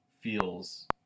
feels